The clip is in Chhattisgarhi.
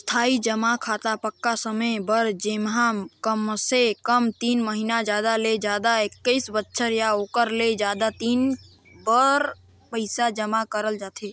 इस्थाई जमा खाता पक्का समय बर जेम्हा कमसे कम तीन महिना जादा ले जादा एक्कीस बछर या ओखर ले जादा दिन बर पइसा जमा करल जाथे